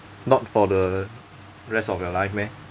not for the rest of your life meh